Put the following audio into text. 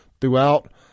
throughout